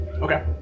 Okay